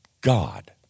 God